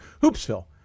Hoopsville